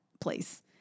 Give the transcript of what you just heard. place